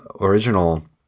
original